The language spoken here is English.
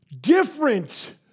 Different